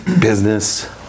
business